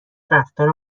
رفتار